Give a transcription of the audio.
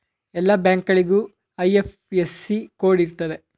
ಎಲ್ಲ ಬ್ಯಾಂಕ್ಗಳಿಗೂ IFSC code ಇರ್ತದೆ